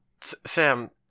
Sam